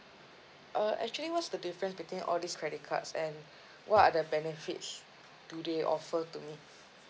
uh actually what's the difference between all this credit cards and what are the benefits do they offer to me